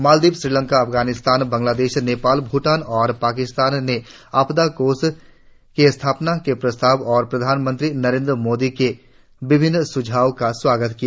मालदीव श्रीलंका अफगानिस्तानबंगलादेश नेपाल भूटान और पाकिस्तान ने आपदा कोष के स्थापना के प्रस्ताव और प्रधानमंत्रीमोदी के विभिन्न स्झावों का स्वागत किया